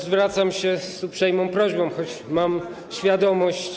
Zwracam się z uprzejmą prośbą - choć mam świadomość.